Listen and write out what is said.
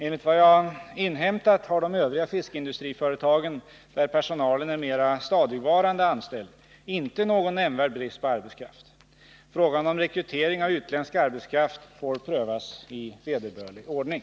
Enligt vad jag inhämtat har de övriga fiskindustriföretagen — där personalen är mera stadigvarande anställd — inte någon nämnvärd brist på arbetskraft. Frågan om rekrytering av utländsk arbetskraft får prövas i vederbörlig ordning.